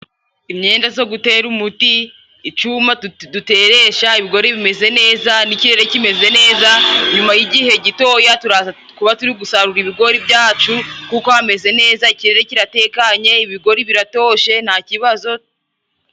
Imyenda zo gutera umuti, icuma duteresha, ibigori bimeze neza n'ikirere kimeze neza, nyuma y'igihe gitoya turaza kuba turi gusarura ibigori byacu kuko hameze neza, ikirere kiratekanye ibigori biratoshe ntakibazo.